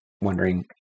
wondering